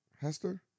Hester